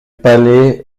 palais